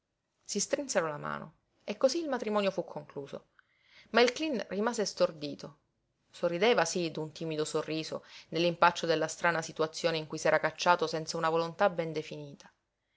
si strinsero la mano e cosí il matrimonio fu concluso ma il cleen rimase stordito sorrideva sí d'un timido sorriso nell'impaccio della strana situazione in cui s'era cacciato senza una volontà ben definita